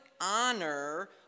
honor